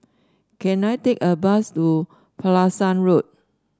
can I take a bus to Pulasan Road